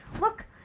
Look